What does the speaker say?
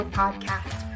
podcast